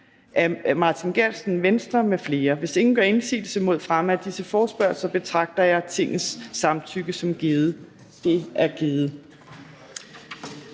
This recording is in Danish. næstformand (Trine Torp): Hvis ingen gør indsigelse mod fremme af disse forespørgsler, betragter jeg Tingets samtykke som givet. Det er givet.